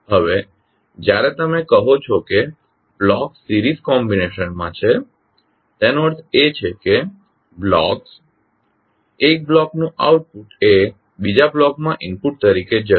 હવે જ્યારે તમે કહો છો કે બ્લોક્સ સિરીઝ કોમ્બીનેશન્સમાં છે તેનો અર્થ એ છે કે બ્લોક્સ એક બ્લોકનું આઉટપુટ એ બીજા બ્લોકમાં ઇનપુટ તરીકે જશે